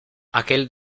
aquel